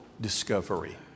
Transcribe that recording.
discovery